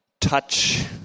touch